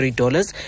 dollars